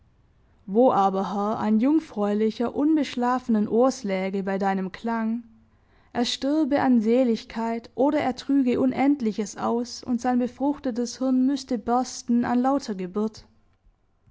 wo aber herr ein jungfräulicher unbeschlafenen ohrs läge bei deinem klang er stürbe an seligkeit oder er trüge unendliches aus und sein befruchtetes hirn müßte bersten an lauter geburt